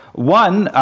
one,